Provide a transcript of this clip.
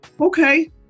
okay